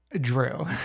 Drew